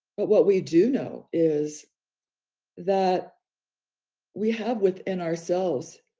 but what we do know is that we have within ourselves,